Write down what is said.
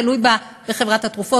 תלוי בחברת התרופות,